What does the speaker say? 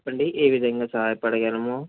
చెప్పండి ఏ విధంగా సహాయపడగలము